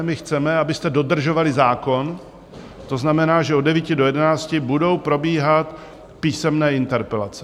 My chceme, abyste dodržovali zákon, to znamená, že od 9 do 11 hodin budou probíhat písemné interpelace.